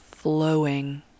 flowing